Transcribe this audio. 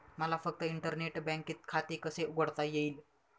मला फक्त इंटरनेट बँकेत खाते कसे उघडता येईल?